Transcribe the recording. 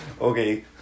Okay